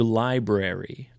library